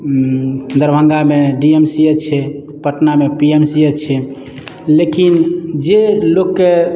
दरभंगा मे D M C H छै पटना मे पी एम सी एच छै लेकिन जे लोकके